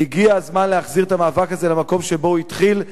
"הגיע הזמן להחזיר את המאבק הזה למקום שבו הוא התחיל,